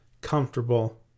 comfortable